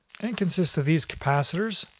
and consists of these capacitors,